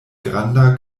granda